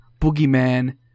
Boogeyman